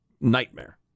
Nightmare